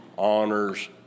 honors